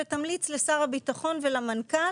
ותמליץ לשר הביטחון ולמנכ"ל